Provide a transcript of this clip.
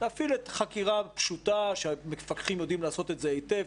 להפעיל חקירה פשוטה שהמפקחים יודעים לעשות את זה היטב.